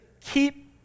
keep